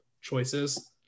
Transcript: choices